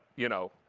you know,